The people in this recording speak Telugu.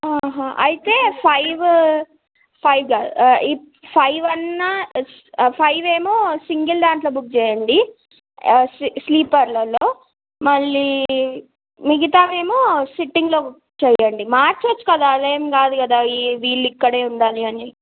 ఆహా అయితే ఫైవ్ ఫైవ్ కాదు ఈ ఫైవ్ అన్నా ఫైవ్ ఏమో సింగిల్ దాంట్లో బుక్ చేయండి స్లీపర్లలో మళ్ళీ మిగతావేమో సిట్టింగ్లో బుక్ చేయండి మార్చవచ్చు కదా అదేం కాదు కదా ఈ వీళ్లు ఇక్కడే ఉండాలి అని